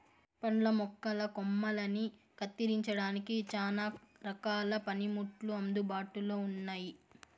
పండ్ల మొక్కల కొమ్మలని కత్తిరించడానికి చానా రకాల పనిముట్లు అందుబాటులో ఉన్నయి